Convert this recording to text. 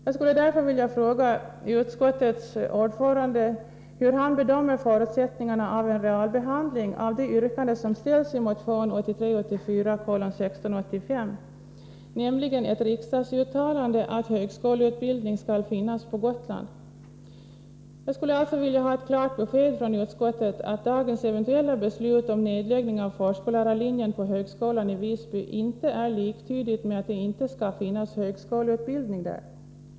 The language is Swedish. Jag skulle därför vilja fråga utskottets ordförande hur han bedömer förutsättningarna för en realbehandling av det yrkande som framställts i motion 1983/84:1685 om ett riksdagsuttalande om att högskoleutbildning skall finnas på Gotland. Jag skulle alltså vilja ha ett klart besked från utskottet att dagens eventuella beslut om nedläggning av förskollärarlinjen på högskolan i Visby inte är liktydigt med att det inte skall finnas högskoleutbildning där.